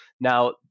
Now